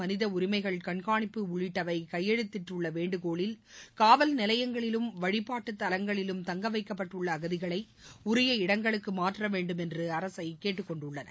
மனித உரிமைகள் கண்காணிப்பு உள்ளிட்டவை கையெழுத்திட்டுள்ள வேண்டுகோளில் காவல் நிலையங்களிலும் வழ்பாட்டுத் தலங்களிலும் தங்க வைக்கப்பட்டுள்ள அகதிகளை உரிய இடங்களுக்கு மாற்ற வேண்டுமென்று அரசை கேட்டுக் கொண்டுள்ளன